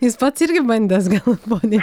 jūs pats irgi bandęs gal pone